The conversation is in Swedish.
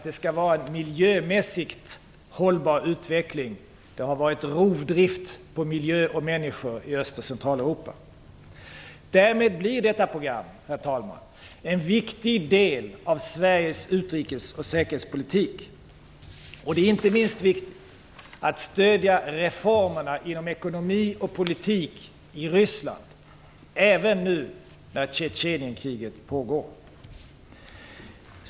Det skall vara en miljömässigt hållbar utveckling. Det har varit rovdrivft med miljö och människor i Öst och Centraleuropa. Därmed blir detta program, herr talman, en viktig del av Sveriges utrikes och säkerhetspolitik. Det är inte minst viktigt att stödja reformerna inom ekonomi och politik i Ryssland även nu när Tjetjenienkriget pågår.